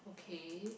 okay